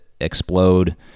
explode